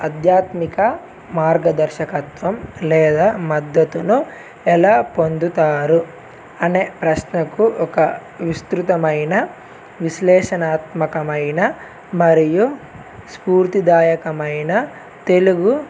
అధ్యాత్మిక మార్గదర్శకత్వం లేదా మద్దతును ఎలా పొందుతారు అనే ప్రశ్నకు ఒక విస్తృతమైన విశ్లేషణాత్మకమైన మరియు స్ఫూర్తిదాయకమైన తెలుగు